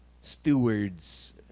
stewards